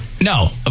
no